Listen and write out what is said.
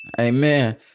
Amen